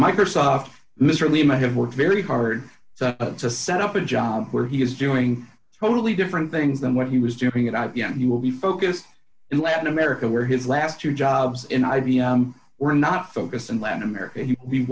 microsoft miserably might have worked very hard to set up a job where he was doing totally different things than what he was doing it i've you know he will be focused in latin america where his last two jobs in i b m were not focused in latin america we